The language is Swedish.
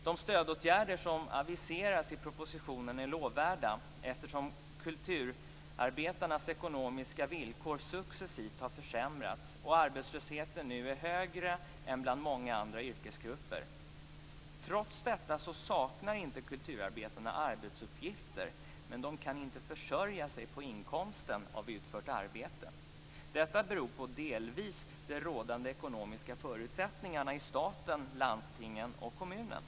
De stödåtgärder som aviseras i propositionen är lovvärda, eftersom kulturarbetarnas ekonomiska villkor successivt har försämrats och arbetslösheten nu är högre än bland många andra yrkesgrupper. Trots detta saknar kulturarbetarna inte arbetsuppgifter, men de kan inte försörja sig på inkomsten av utfört arbete. Detta beror delvis på de rådande ekonomiska förutsättningarna i staten, landstingen och kommunerna.